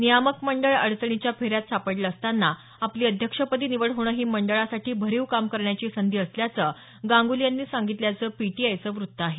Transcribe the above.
नियामक मंडळ अडचणीच्या फेऱ्यात सापडलं असताना आपली अध्यक्षपदी निवड होणं ही मंडळासाठी भरीव काम करण्याची संधी असल्याचं गांगुली यांनी सांगितल्याचं पीटीआयचं वृत्त आहे